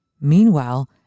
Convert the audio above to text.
Meanwhile